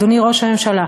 אדוני ראש הממשלה.